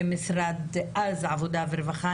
אז במשרד העבודה והרווחה.